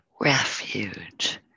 refuge